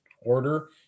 order